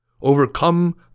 overcome